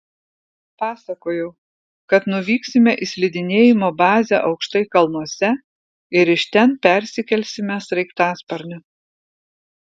pasakojau kad nuvyksime į slidinėjimo bazę aukštai kalnuose ir iš ten persikelsime sraigtasparniu